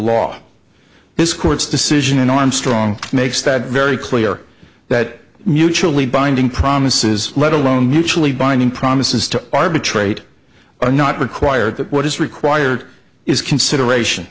law this court's decision and armstrong makes that very clear that mutually binding promises let alone mutually binding promises to arbitrate are not required that what is required is consideration